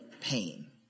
pain